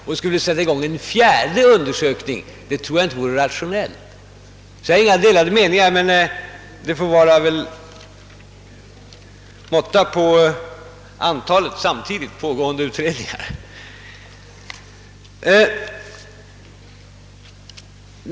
Att sätta i gång en fjärde undersökning tror jag inte vore rationellt. Jag har i sak ingen annan uppfattning än herr Bengtson, men det får väl ändå vara någon måtta på antalet samtidigt pågående utredningar.